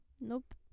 Nope